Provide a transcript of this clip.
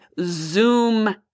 zoom